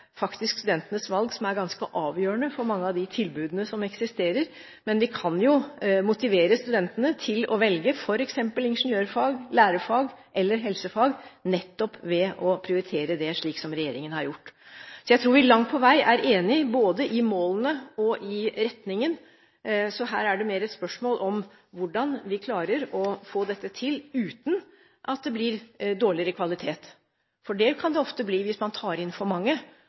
faktisk studentenes valg som er ganske avgjørende for mange av de tilbudene som eksisterer, men vi kan jo motivere studentene til å velge f.eks. ingeniørfag, lærerfag eller helsefag nettopp ved å prioritere det, slik som regjeringen har gjort. Jeg tror vi langt på vei er enige både om målene og om retningen. Her er det mer et spørsmål om hvordan vi klarer å få dette til uten at det blir dårligere kvalitet, for det kan det ofte bli hvis man tar inn for mange